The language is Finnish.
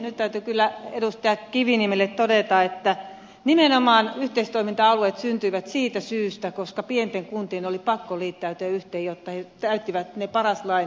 nyt täytyy kyllä edustaja kiviniemelle todeta että nimenomaan yhteistoiminta alueet syntyivät siitä syystä että pienten kuntien oli pakko liittäytyä yhteen jotta ne täyttivät ne paras lain antamat velvoitteet